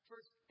First